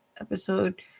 episode